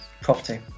property